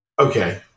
okay